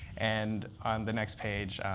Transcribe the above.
and on the next page,